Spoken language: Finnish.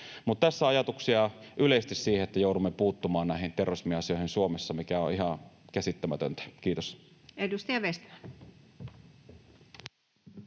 Tässä ajatuksia yleisesti siihen, että joudumme puuttumaan näihin terrorismiasioihin Suomessa, mikä on ihan käsittämätöntä. — Kiitos.